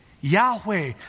Yahweh